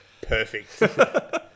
Perfect